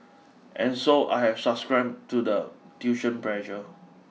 and so I have succumbed to the tuition pressure